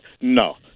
no